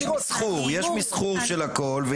יש מסחור, יש מסחור של הכל.